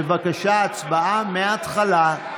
בבקשה, הצבעה מהתחלה.